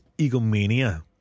egomania